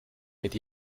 mit